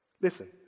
Listen